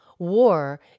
War